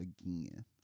again